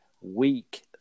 week